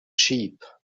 sheep